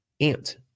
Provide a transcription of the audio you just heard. ant